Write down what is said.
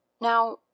Now